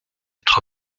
être